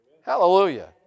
Hallelujah